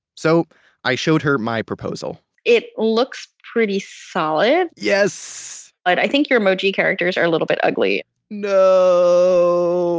so i showed her my proposal it looks pretty solid, yes but i think your emoji characters are a little bit ugly no